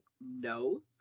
no